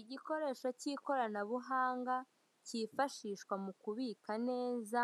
Igikoresho cy'ikoranabuhanga ,kifashishwa mukubika neza